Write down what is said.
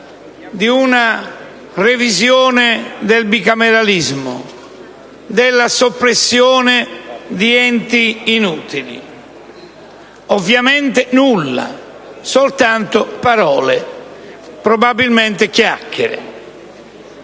di una revisione del bicameralismo, della soppressione di enti inutili. Ovviamente nulla: soltanto parole, probabilmente chiacchiere.